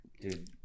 Dude